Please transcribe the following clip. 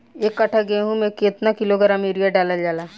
एक कट्टा गोहूँ में केतना किलोग्राम यूरिया डालल जाला?